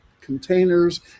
containers